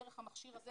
דרך המכשיר הזה,